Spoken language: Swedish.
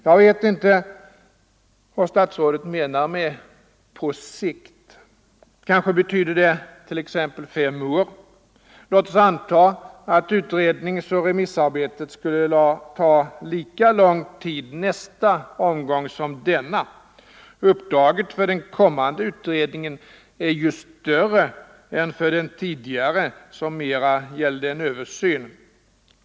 Jag vet inte vad statsrådet menar med ”på sikt”. Kanske betyder det t.ex. fem år. Låt oss anta att utredningsoch remissarbetet skulle ta lika lång tid nästa omgång som denna. Uppdraget för den kommande utredningen är ju större än för den tidigare, som mera gällde en översyn.